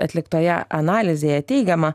atliktoje analizėje teigiama